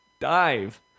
dive